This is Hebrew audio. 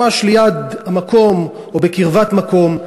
ממש ליד המקום או בקרבת מקום.